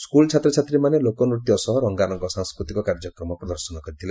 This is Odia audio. ସ୍କୁଲ ଛାତ୍ରଛାତ୍ରୀମାନେ ଲୋକନୃତ୍ୟ ସହ ରଙ୍ଗାରଙ୍ଗ ସାଂସ୍କୃତିକ କାର୍ଯ୍ୟକ୍ରମ ପ୍ରଦର୍ଶନ କରିଥିଲେ